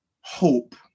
hope